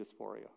dysphoria